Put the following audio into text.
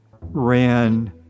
ran